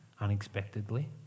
unexpectedly